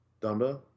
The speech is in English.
Dumbo